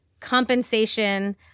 compensation